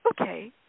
okay